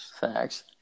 thanks